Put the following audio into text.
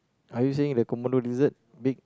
are you saying the Komodo lizard big